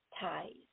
ties